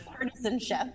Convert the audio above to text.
partisanship